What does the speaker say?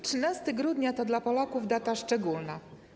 13 grudnia to dla Polaków data szczególna.